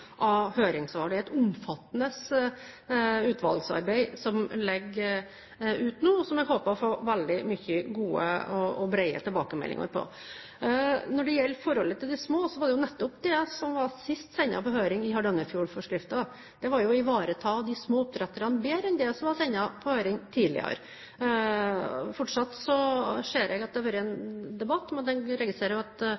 av høringssvar. Det er et omfattende utvalgsarbeid som ligger ute nå, og som jeg håper å få veldig mange gode og brede tilbakemeldinger på. Når det gjelder forholdet til de små, var det nettopp det jeg sa sist var sendt på høring i Hardangerfjord-forskriften. Det var jo å ivareta de små oppdretterne bedre enn i det som var sendt på høring tidligere. Jeg ser at det fortsatt er en debatt, men jeg registrerer også at FHL har fått avklart en